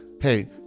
hey